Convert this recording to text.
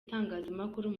itangazamakuru